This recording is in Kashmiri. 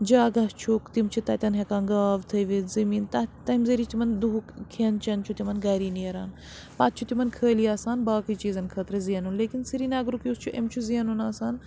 جگہ چھُکھ تِم چھِ تَتٮ۪ن ہیٚکان گاو تھٲوِتھ زٔمیٖن تَتھ تَمہِ ذٔریعہِ تِمَن دُہُک کھٮ۪ن چٮ۪ن چھُ تِمَن گَری نیران پَتہٕ چھُ تِمَن خٲلی آسان باقٕے چیٖزَن خٲطرٕ زینُن لیکِن سریٖنَگرُک یُس چھُ أمۍ چھُ زینُن آسان